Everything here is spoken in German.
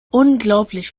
unglaublich